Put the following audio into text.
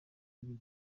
yagiye